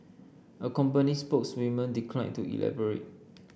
a company spokeswoman declined to elaborate